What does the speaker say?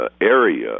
area